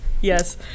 yes